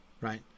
Right